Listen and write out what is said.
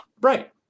Right